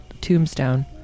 tombstone